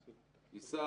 ייסע,